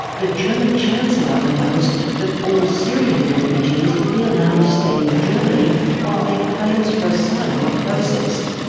the german chancellor announced that all syrian refugees would be allowed to stay in germany while their claims for asylum were processed.